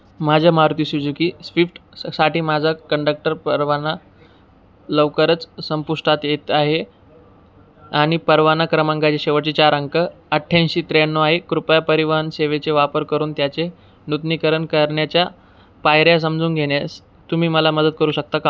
माझ्या Maruti Suzuki Swift स साठी माझा कंडक्टर परवाना लवकरच संपुष्टात येत आहे आणि परवाना क्रमांकाचे शेवटचे चार अंक अठ्ठ्याऐंशी त्र्याण्णव आहे कृपया परिवहन सेवेचा वापर करून त्याचे नूतनीकरण करण्याच्या पायऱ्या समजून घेण्यास तुम्ही मला मदत करू शकता का